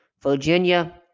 Virginia